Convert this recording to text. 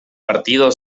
partido